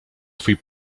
twój